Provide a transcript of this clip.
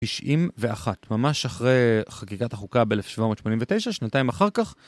91 ממש אחרי חגיגת החוקה ב-1789 שנתיים אחר כך